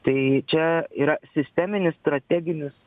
tai čia yra sisteminis strateginis